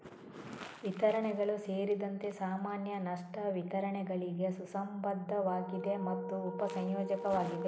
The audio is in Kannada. ವಿತರಣೆಗಳು ಸೇರಿದಂತೆ ಸಾಮಾನ್ಯ ನಷ್ಟ ವಿತರಣೆಗಳಿಗೆ ಸುಸಂಬದ್ಧವಾಗಿದೆ ಮತ್ತು ಉಪ ಸಂಯೋಜಕವಾಗಿದೆ